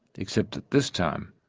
except that this time,